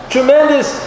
Tremendous